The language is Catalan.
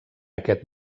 aquest